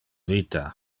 vita